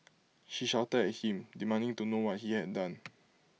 she shouted at him demanding to know what he had done